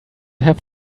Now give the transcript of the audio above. have